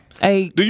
hey